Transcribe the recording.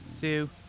Two